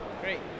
great